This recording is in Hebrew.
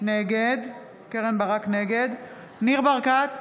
נגד ניר ברקת,